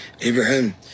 Abraham